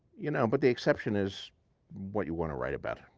you know but the exception is what you want to write about.